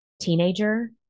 teenager